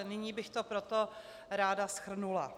Nyní bych to proto ráda shrnula.